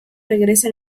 regresa